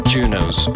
Juno's